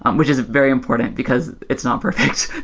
um which is very important, because it's not perfect.